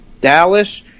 Dallas